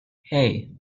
hey